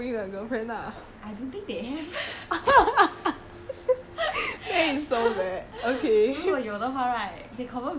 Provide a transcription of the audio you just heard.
I don't think they have 如果有的话 right they confirm bring [one] [what]